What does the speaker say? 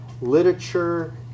literature